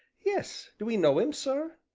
yes do ee know him, sir?